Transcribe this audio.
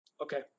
Okay